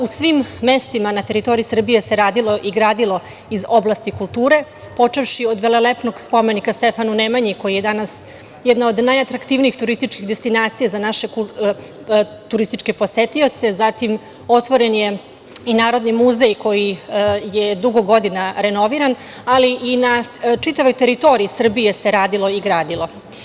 U svim mestima ne teritoriji Srbije se radilo i gradilo iz oblasti kulture, počevši od velelepnog spomenika Stefanu Nemanji koji je danas jedna od najatraktivnijih turističkih destinacija za naše turističke posetioce, zatim je otvoren i Narodni muzej koji je dugo godina renoviran, ali i na čitavoj teritoriji Srbije se radilo i gradilo.